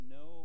no